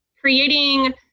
creating